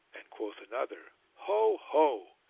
and quoth another, ho! ho!